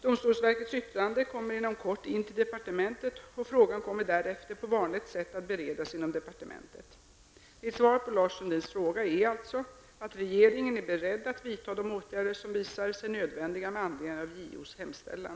Domstolsverkets yttrande kommer inom kort in till departementet, och frågan kommer därefter på vanligt sätt att beredas inom departementet. Mitt svar på Lars Sundins fråga är alltså att regeringen är beredd att vidta de åtgärder som visar sig nödvändiga med anledning av JOs hemställan.